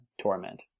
Torment